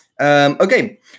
Okay